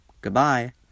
Goodbye